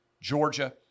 Georgia